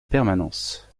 permanence